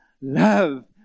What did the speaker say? love